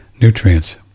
nutrients